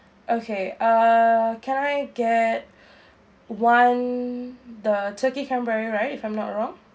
okay uh can I get one the turkey cranberry right if I'm not wrong